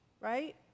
right